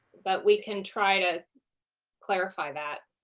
but we can try to clarify that.